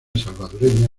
salvadoreña